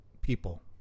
people